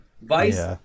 Vice